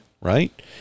right